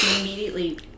immediately